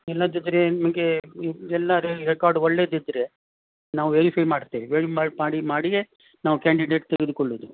ಇಲ್ಲದಿದ್ದರೆ ನಿಮಗೆ ಎಲ್ಲ ರೆಕಾರ್ಡ್ ಒಳ್ಳೆದಿದ್ದರೆ ನಾವು ವೇರಿಫೈ ಮಾಡ್ತೇವೆ ಮಾಡಿ ಮಾಡಿಯೇ ನಾವು ಕ್ಯಾಂಡಿಡೇಟ್ ತೆಗೆದುಕೊಳ್ಳೋದು